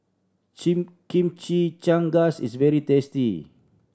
chimichangas is very tasty